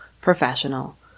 professional